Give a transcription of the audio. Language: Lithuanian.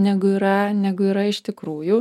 negu yra negu yra iš tikrųjų